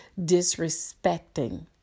disrespecting